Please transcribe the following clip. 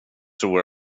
tror